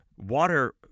water